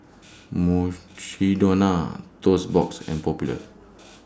Mukshidonna Toast Box and Popular